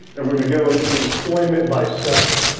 and we're gonna go in to employment by sector.